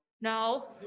No